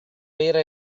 vera